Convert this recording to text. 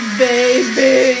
baby